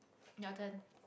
your turn